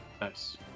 Nice